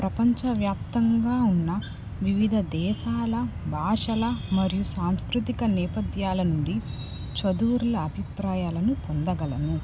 ప్రపంచ వ్యాప్తంగా ఉన్న వివిధ దేశాల భాషల మరియు సాంస్కృతిక నేపథ్యాల నుండి చదువురుల అభిప్రాయాలను పొందగలను